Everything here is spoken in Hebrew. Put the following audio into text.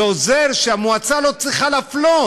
זה עוזר שהמועצה לא צריכה להפלות.